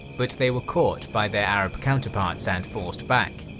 but they were caught by their arab counterparts and forced back.